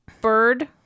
bird